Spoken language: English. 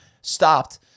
stopped